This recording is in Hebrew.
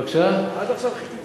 גברתי, מטריחים